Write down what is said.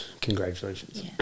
congratulations